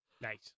Nice